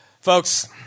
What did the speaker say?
Folks